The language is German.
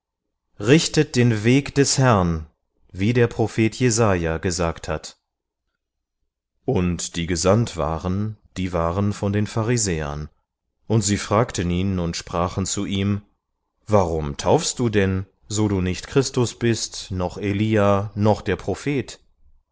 richtet den weg des herrn wie der prophet jesaja gesagt hat und die gesandt waren die waren von den pharisäern und sie fragten ihn und sprachen zu ihm warum taufst du denn so du nicht christus bist noch elia noch der prophet